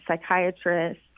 psychiatrists